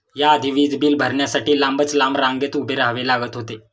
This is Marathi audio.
या आधी वीज बिल भरण्यासाठी लांबच लांब रांगेत उभे राहावे लागत होते